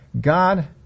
God